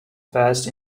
first